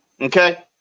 Okay